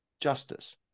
justice